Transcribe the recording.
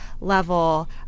level